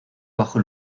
bajo